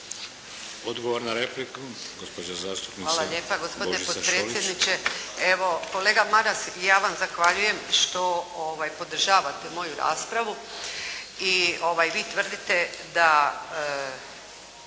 Odgovor na repliku gospođa zastupnica Božica Šolić.